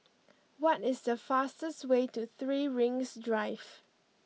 what is the fastest way to Three Rings Drive